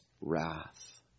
wrath